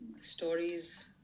stories